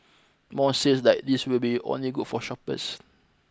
more sales like these will only be good for shoppers